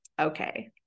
Okay